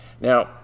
Now